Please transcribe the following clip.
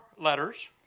letters